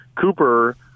Cooper